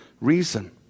reason